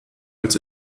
als